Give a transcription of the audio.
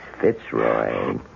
Fitzroy